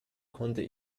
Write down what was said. konnte